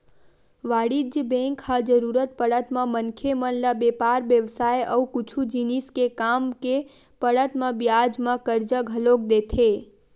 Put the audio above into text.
वाणिज्य बेंक ह जरुरत पड़त म मनखे मन ल बेपार बेवसाय अउ कुछु जिनिस के काम के पड़त म बियाज म करजा घलोक देथे